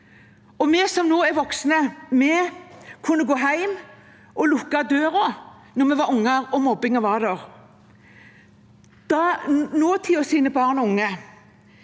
Vi som nå er voksne, kunne gå hjem og lukke døren da vi var unger og mobbingen var der. For nåtidens barn og unge